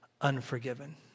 Unforgiven